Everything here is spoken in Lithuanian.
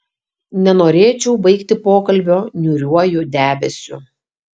nenorėčiau baigti pokalbio niūriuoju debesiu